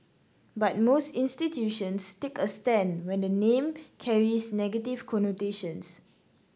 but most institutions take a stand when the name carries negative connotations